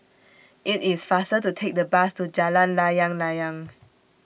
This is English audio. IT IS faster to Take The Bus to Jalan Layang Layang